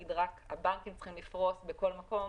שלהגיד רק שהבנקים צריכים לפרוס בכל מקום